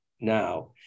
now